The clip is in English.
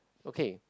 okay